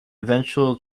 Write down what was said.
eventual